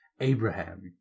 Abraham